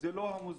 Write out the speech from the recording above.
זה לא המוסדות,